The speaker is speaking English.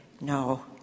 No